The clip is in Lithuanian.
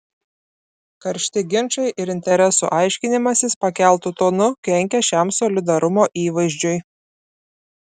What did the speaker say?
karšti ginčai ir interesų aiškinimasis pakeltu tonu kenkia šiam solidarumo įvaizdžiui